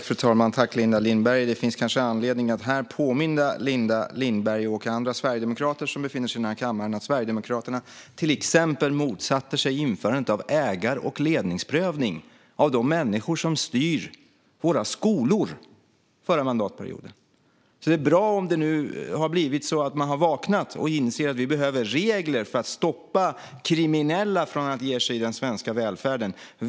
Fru talman! Det finns kanske anledning att påminna Linda Lindberg och andra sverigedemokrater som befinner sig här i kammaren om att Sverigedemokraterna förra mandatperioden till exempel motsatte sig införandet av ägar och ledningsprövning av de människor som styr våra skolor. Det är bra om man nu har vaknat och insett att vi behöver regler för att stoppa kriminella från att ge sig på den svenska välfärden.